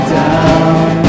down